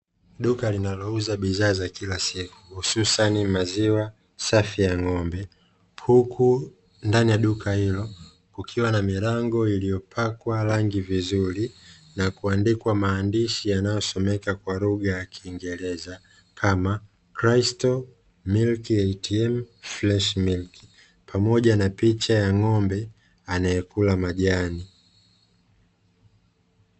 Duka linalouza bidhaa za kila siku hususani maziwa safi ya ng'ombe, huku ndani ya duka hilo kukiwa na milango iliyopakwa rangi vizuri na kuandikwa maandishi yanayosomeka kwa lugha ya kiingereza kama, "Crystal, milk ATM, fresh milk". Pamoja na picha ya ng'ombe anayekula majani.